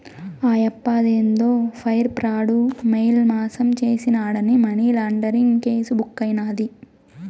ఆయప్ప అదేందో wire fraud, mail మాసం చేసినాడాని మనీలాండరీంగ్ కేసు బుక్కైనాది